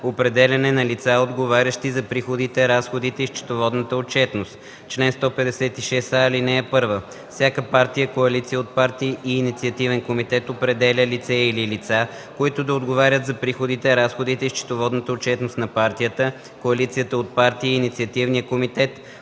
„Определяне на лица, отговарящи за приходите, разходите и счетоводната отчетност Чл. 156а. (1) Всяка партия, коалиция от партии и инициативен комитет определя лице или лица, които да отговарят за приходите, разходите и счетоводната отчетност на партията, коалицията от партии и инициативния комитет